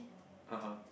ah [huh]